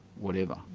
whatever.